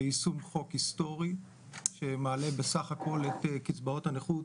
ביישום חוק היסטורי שמעלה בסך הכול את קצבאות הנכות,